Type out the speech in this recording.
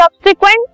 subsequent